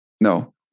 No